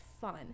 fun